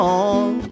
on